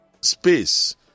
space